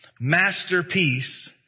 masterpiece